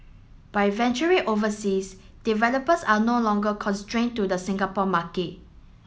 by venturing overseas developers are no longer constrained to the Singapore market